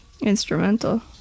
instrumental